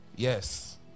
yes